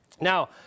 Now